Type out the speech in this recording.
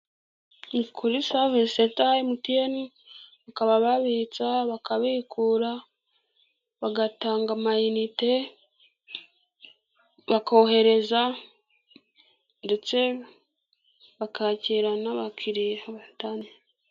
Kuri savisi senta ya MTN, bakaba babitsa bakabikura, bagatanga amayinite bakohereza ndetse bakakira n'abakiriya batandukanye.